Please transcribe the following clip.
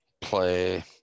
play